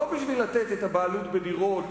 לא בשביל לתת את הבעלות בדירות